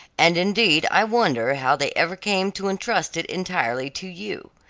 and indeed i wonder how they ever came to entrust it entirely to you.